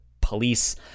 police